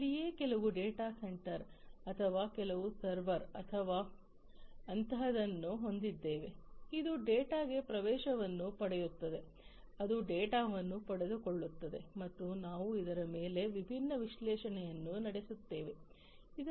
ಇಲ್ಲಿಯೇ ನಾವು ಕೆಲವು ಡೇಟಾ ಸೆಂಟರ್ ಅಥವಾ ಕೆಲವು ಸರ್ವರ್ ಅಥವಾ ಅಂತಹದನ್ನು ಹೊಂದಿದ್ದೇವೆ ಅದು ಡೇಟಾಗೆ ಪ್ರವೇಶವನ್ನು ಪಡೆಯುತ್ತದೆ ಅದು ಡೇಟಾವನ್ನು ಪಡೆದುಕೊಳ್ಳುತ್ತದೆ ಮತ್ತು ನಾವು ಅದರ ಮೇಲೆ ವಿಭಿನ್ನ ವಿಶ್ಲೇಷಣೆಯನ್ನು ನಡೆಸುತ್ತೇವೆ